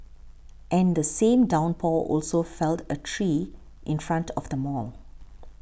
and the same downpour also felled a tree in front of the mall